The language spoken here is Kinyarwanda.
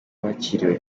bakiriwe